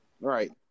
Right